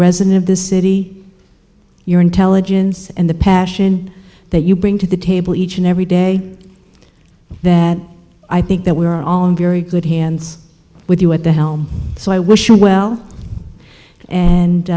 resident of this city your intelligence and the passion that you bring to the table each and every day that i think that we are all in very good hands with you at the helm so i wish you well and